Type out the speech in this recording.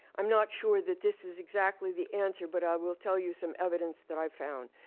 i'm not sure that this is exactly the answer, but i will tell you some evidence that i found.